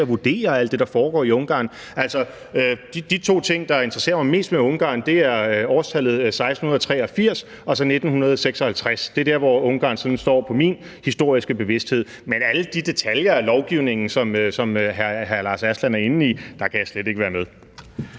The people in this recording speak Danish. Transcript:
at vurdere alt det, der foregår i Ungarn. De to ting, der interesserer mig mest ved Ungarn, er årstallene 1683 og 1956. Det er der, hvor Ungarn står i min historiske bevidsthed. Men alle de detaljer af lovgivningen, som hr. Lars Aslan Rasmussen er inde i, der kan jeg slet ikke være med.